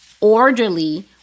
orderly